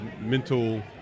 mental